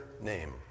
name